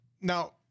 now